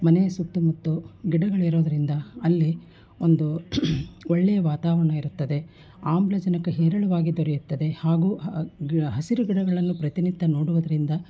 ಮನೆಯ ಸುತ್ತಮುತ್ತ ಗಿಡಗಳಿರೋದರಿಂದ ಅಲ್ಲಿ ಒಂದು ಒಳ್ಳೆಯ ವಾತಾವರಣ ಇರ್ತದೆ ಆಮ್ಲಜನಕ ಹೇರಳವಾಗಿ ದೊರೆಯುತ್ತದೆ ಹಾಗೂ ಹಸಿರು ಗಿಡಗಳನ್ನು ಪ್ರತಿನಿತ್ಯ ನೋಡುವುದರಿಂದ